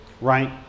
right